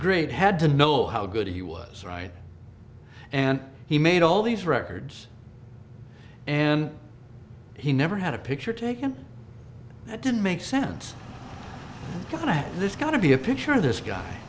great had to know how good he was right and he made all these records and he never had a picture taken i didn't make sense this got to be a picture of this guy